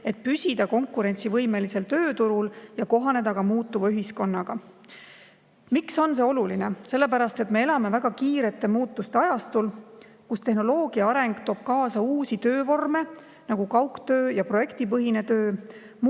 et püsida konkurentsivõimeliselt tööturul ja kohaneda muutuva ühiskonnaga. Miks on see oluline? Sellepärast, et me elame väga kiirete muutuste ajastul, kus tehnoloogia areng toob kaasa uusi töövorme, nagu kaugtöö ja projektipõhine töö.